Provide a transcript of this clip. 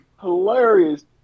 Hilarious